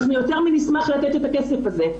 אנחנו יותר מנשמח לתת את הכסף הזה.